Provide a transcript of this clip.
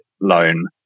loan